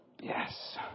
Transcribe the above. yes